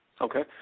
Okay